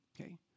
Okay